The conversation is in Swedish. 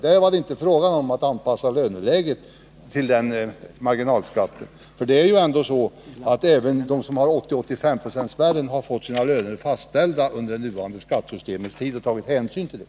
Det var inte fråga om att anpassa löneläget till marginalskatten. Det 15 är ju ändå så att de personer för vilka 80-85-procentsspärren gäller har fått sina löner fastställda under det nuvarande skattesystemet, och man har tagit hänsyn till det.